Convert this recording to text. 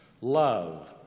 Love